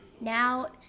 Now